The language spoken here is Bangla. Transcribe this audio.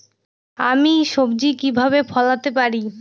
আমি সবজি কিভাবে ফলাতে পারি?